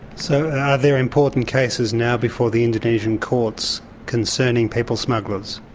so are there important cases now before the indonesian courts concerning people smugglers?